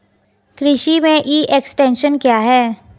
कृषि में e extension क्या है?